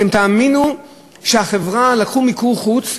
תאמינו שלקחו מיקור חוץ,